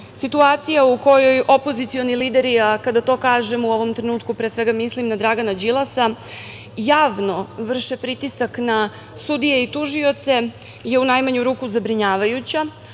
situacija u kojoj opozicioni lideri, a kada to kažemo u ovom trenutku pre svega mislim na Dragana Đilasa javno vrše pritisak na sudije i tužioce je u najmanju ruku zabrinjavajuća,